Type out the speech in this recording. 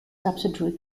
subsidiary